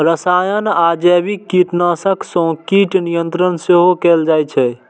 रसायन आ जैविक कीटनाशक सं कीट नियंत्रण सेहो कैल जाइ छै